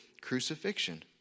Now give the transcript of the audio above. crucifixion